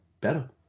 better